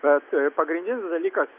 bet pagrindinis dalykas